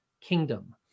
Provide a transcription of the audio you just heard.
kingdom